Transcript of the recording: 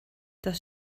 das